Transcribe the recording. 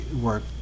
work